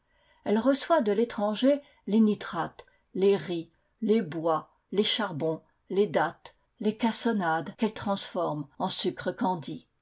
elle reçoit de l'étranger les nitrates les riz les bois les charbons les dattes les cassonades qu'elle transforme en sucre candi